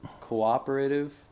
cooperative